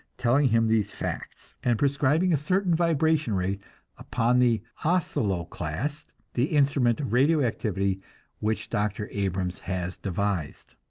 telling him these facts, and prescribing a certain vibration rate upon the oscilloclast, the instrument of radio-activity which dr. abrams has devised.